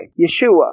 Yeshua